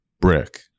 brick